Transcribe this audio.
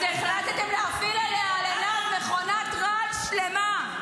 אז החלטתם להפעיל עליה, על עינב, מכונת רעל שלמה,